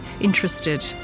interested